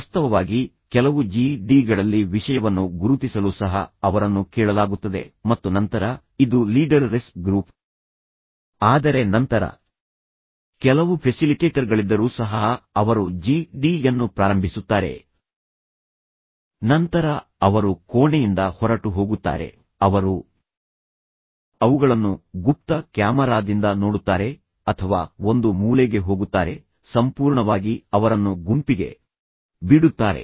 ವಾಸ್ತವವಾಗಿ ಕೆಲವು G D ಗಳಲ್ಲಿ ವಿಷಯವನ್ನು ಗುರುತಿಸಲು ಸಹ ಅವರನ್ನು ಕೇಳಲಾಗುತ್ತದೆ ಮತ್ತು ನಂತರ ಇದು ಲೀಡರ್ ಲೆಸ್ ಗ್ರೂಪ್ ಆದರೆ ನಂತರ ಕೆಲವು ಫೆಸಿಲಿಟೇಟರ್ಗಳಿದ್ದರೂ ಸಹ ಅವರು ಜಿ ಡಿ ಯನ್ನು ಪ್ರಾರಂಭಿಸುತ್ತಾರೆ ನಂತರ ಅವರು ಕೋಣೆಯಿಂದ ಹೊರಟು ಹೋಗುತ್ತಾರೆ ಅವರು ಅವುಗಳನ್ನು ಗುಪ್ತ ಕ್ಯಾಮರಾದಿಂದ ನೋಡುತ್ತಾರೆ ಅಥವಾ ಒಂದು ಮೂಲೆಗೆ ಹೋಗುತ್ತಾರೆ ಸಂಪೂರ್ಣವಾಗಿ ಅವರನ್ನು ಗುಂಪಿಗೆ ಬಿಡುತ್ತಾರೆ